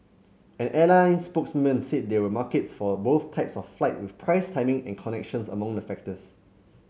an airline spokesman said there were markets for both types of flights with price timing and connections among the factors